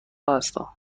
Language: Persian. هستم